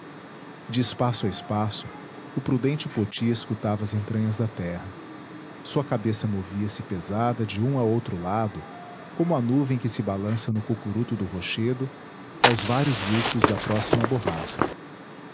de espaço a espaço o prudente poti escutava as entranhas da terra sua cabeça movia-se pesada de um a outro lado como a nuvem que se balança no cocuruto do rochedo aos vários lufos da próxima borrasca